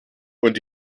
und